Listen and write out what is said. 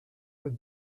bas